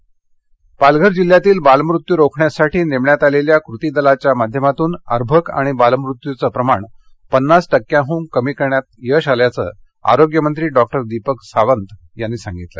बालमत्य पालघर जिल्ह्यातील बालमृत्यू रोखण्यासाठी नेमण्यात आलेल्या कृती दलाच्या माध्यमातून अर्भक आणि बालमृत्यूचं प्रमाण पन्नास टक्क्यांहून कमी करण्यात यश आल्याचं आरोग्यमंत्री डॉक्टर दीपक सावंत यांनी सांगितलं